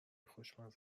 خوشمزه